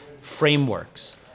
frameworks